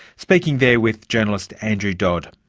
speaking there with journalist andrew dodd.